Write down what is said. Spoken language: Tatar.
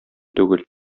түгел